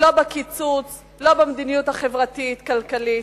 לא בקיצוץ, לא במדיניות החברתית-כלכלית,